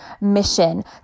mission